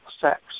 sex